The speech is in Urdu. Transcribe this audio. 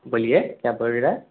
بولیے کیا بول رئے